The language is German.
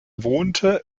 wohnte